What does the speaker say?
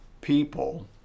people